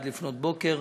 עד לפנות בוקר,